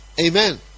Amen